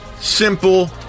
simple